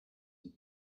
and